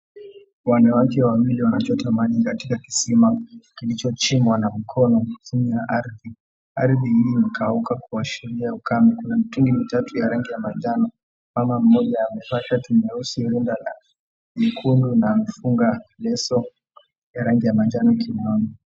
Wanawake wawili wanachota maji katika kisima kilichochimbwa na mkono chini ya ardhi. Ardhi iliyokauka kuashiria ukame. Kuna mitungi mitatu ya rangi ya manjano. Mama mmoja amevaa shati nyeusi, rinda la nyekundu na amefunga leso ya rangi ya 𝑚𝑎𝑛𝑗𝑎𝑛𝑜 𝑘𝑖𝑢𝑛𝑜𝑛𝑖.